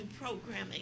programming